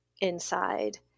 inside